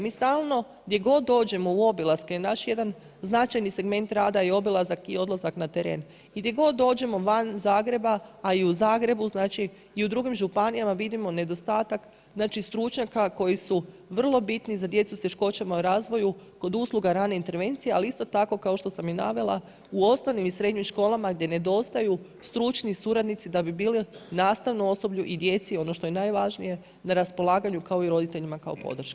Mi stalno gdje god dođemo u obilaske, naš jedan značajni segment rada i obilazak i odlazak na teren i gdje god dođemo van Zagreba a i u Zagrebu, znači i u drugim županijama, vidimo nedostatak stručnjaka koji su vrlo bitni za djecu sa teškoćama u razvoju, kod usluga rane intervencije ali isto tako kao što sam i navela, u osnovnim i srednjim školama gdje nedostaju stručni suradnici da bi bili nastavnom osoblju i djeci, ono što je najvažnije, na raspolaganju kao i roditeljima kao podrška.